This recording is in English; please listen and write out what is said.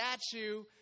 statue